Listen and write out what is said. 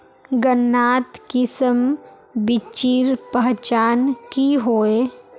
गन्नात किसम बिच्चिर पहचान की होय?